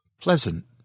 pleasant